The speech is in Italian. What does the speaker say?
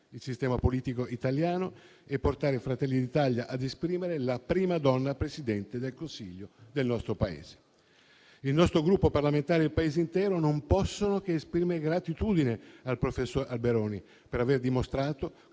il sistema politico italiano e portare Fratelli d'Italia a esprimere la prima donna Presidente del Consiglio del nostro Paese. Il nostro Gruppo parlamentare e il Paese intero non possono che esprimere gratitudine al professor Alberoni, per aver dimostrato